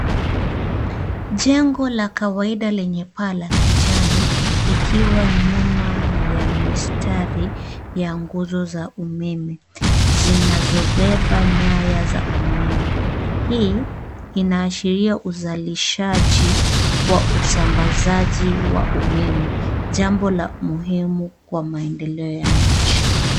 Jengo la kawaida lenye paa la kijani likiwa nyuma ya mistari ya nguzo za umeme zinazobeba nyaya za umeme. Hii inaashiria uzalishaji wa usambazaji wa umeme, jambo la muhimu kwa maendeleo ya nchi.